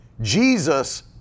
Jesus